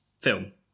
film